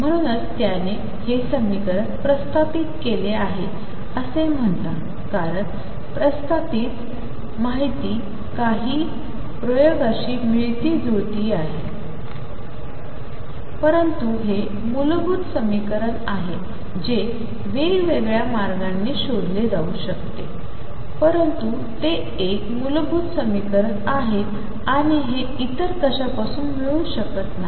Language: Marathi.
म्हणूनच त्याने हे समीकरण प्रस्तावित केले आहे असे म्हणतात कारण प्रथापित माहिती हि काही प्रयोगाशी मिळती जुळती आहे परंतु हे मूलभूत समीकरण आहे जे वेगवेगळ्या मार्गांनी शोधले जाऊ शकते परंतु ते एक मूलभूत समीकरण आहे आणि हे इतर कशापासून मिळू शकत नाही